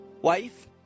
wife